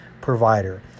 provider